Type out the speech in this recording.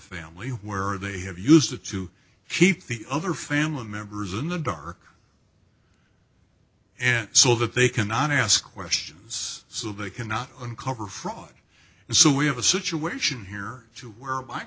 family where they have used it to keep the other family members in the dark and so that they cannot ask questions so they cannot uncover fraud and so we have a situation here to where my